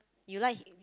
you like